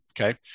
okay